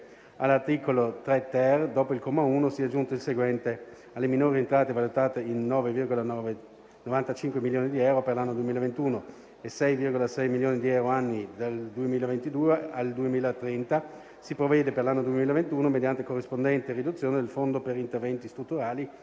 all'articolo 3-*ter*, dopo il comma 1, sia aggiunto il seguente: «2. Alle minori entrate valutate in 9,95 milioni di euro per l'anno 2021 e 6,6 milioni di euro annui dal 2022 al 2030, si provvede, per l'anno 2021 mediante corrispondente riduzione del Fondo per interventi strutturali